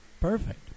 Perfect